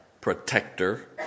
protector